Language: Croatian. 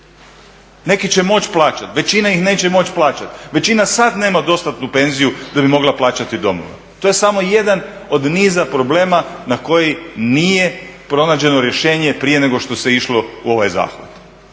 Neki će moći plaćati, većina ih neće moći plaćati, većina sad nema dostatnu penziju da bi mogla plaćati domove. To je samo jedan od niza problema za koji nije pronađeno rješenje prije nego što se išlo u ovaj zahvat.